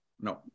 no